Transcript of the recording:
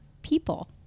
people